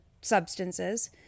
substances –